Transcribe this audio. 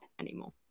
anymore